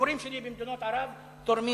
הביקורים שלי במדינות ערב תורמים